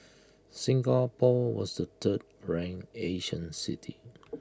Singapore was the third ranked Asian city